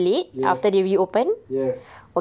yes yes